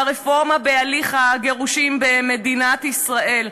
לרפורמה בהליך הגירושין במדינת ישראל,